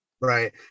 Right